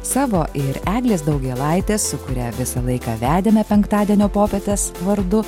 savo ir eglės daugėlaitės su kuria visą laiką vedėme penktadienio popietes vardu